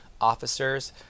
officers